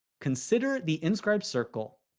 consider the inscribed circle.